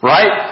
Right